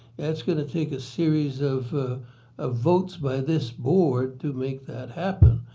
that's going to take a series of ah votes by this board to make that happen.